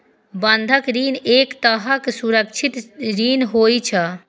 बंधक ऋण एक तरहक सुरक्षित ऋण होइ छै